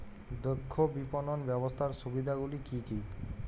দক্ষ বিপণন ব্যবস্থার সুবিধাগুলি কি কি?